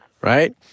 right